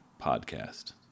podcast